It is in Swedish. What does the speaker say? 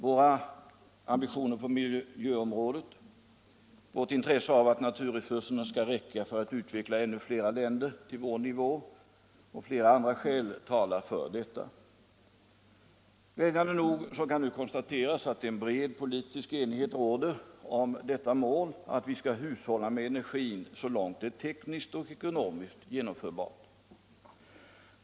Våra ambitioner på miljöområdet, vårt intresse av att naturresurserna skall räcka för att utveckla ännu flera länder till vår nivå och flera andra skäl talar för detta. Glädjande nog kan det konstateras att en bred politisk enighet råder om detta mål — att vi skall hushålla med energin så långt det är tekniskt och ekonomiskt genomförbart.